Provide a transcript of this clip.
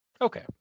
Okay